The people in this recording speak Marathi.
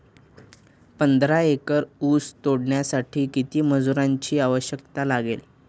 पंधरा एकर ऊस तोडण्यासाठी किती मजुरांची आवश्यकता लागेल?